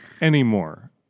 anymore